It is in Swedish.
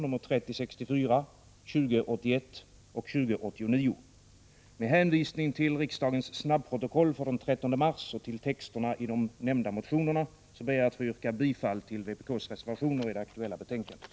Med hänvisning till riksdagens snabbprotokoll för den 13 mars och till texterna i de nämnda motionerna ber jag att få yrka bifall till vpk:s reservationer i det aktuella betänkandet.